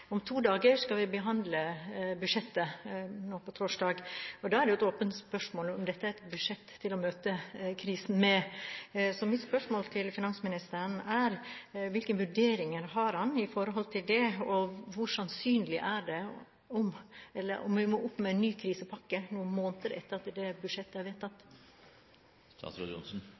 om to dager, skal vi behandle budsjettet, og det er et åpent spørsmål om dette er et budsjett å møte krisen med. Så mitt spørsmål til finansministeren er: Hvilke vurderinger har han i forhold til dette, og hvor sannsynlig er det at vi må opp med en ny krisepakke noen måneder etter at det budsjettet er vedtatt?